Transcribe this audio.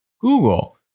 Google